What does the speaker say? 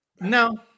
No